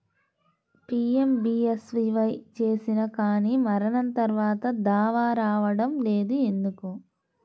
PMBSY చేసినా కానీ మరణం తర్వాత దావా రావటం లేదు ఎందుకు?